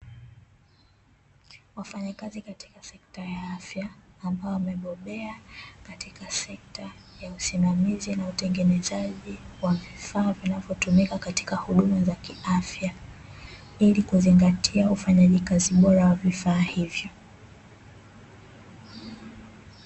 Wafanyakazi katika sekta ya afya, ambao wamebobea katika sekta ya usimamizi na utengenezaji wa vifaa vinavyotumika katika huduma za kiafya, ili kuzingatia ufanyaji kazi bora wa vifaa hivyo.